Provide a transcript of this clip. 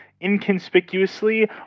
inconspicuously